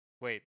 wait